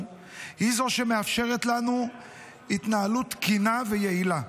היא זו שמאפשרת לנו התנהלות תקינה ויעילה.